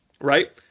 right